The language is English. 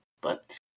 but-